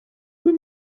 für